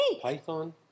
Python